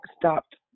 stopped